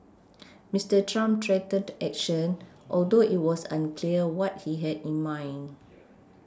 Mister Trump threatened action although it was unclear what he had in mind